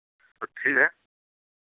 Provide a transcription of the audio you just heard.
تو ٹھیک ہے